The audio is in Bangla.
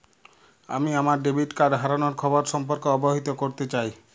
আমি আমার ডেবিট কার্ড হারানোর খবর সম্পর্কে অবহিত করতে চাই